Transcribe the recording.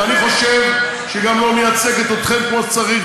ואני חושב שהיא גם לא מייצגת אתכם כמו שצריך.